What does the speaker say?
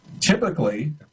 Typically